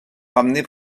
ramener